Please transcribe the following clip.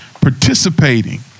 participating